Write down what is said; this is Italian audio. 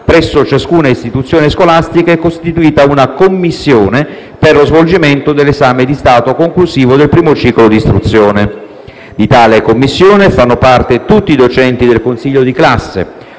presso ciascuna istituzione scolastica è costituita una commissione per lo svolgimento dell'esame di Stato conclusivo del primo ciclo di istruzione. Di tale commissione fanno parte tutti i docenti del consiglio di classe,